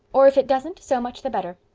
or if it doesn't so much the better.